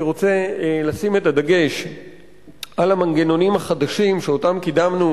אני רוצה לשים את הדגש על המנגנונים החדשים שקידמנו,